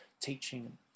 teaching